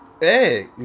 Hey